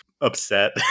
upset